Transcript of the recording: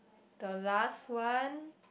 the last one